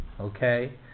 Okay